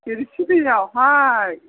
बेरेंसि दैआवहाय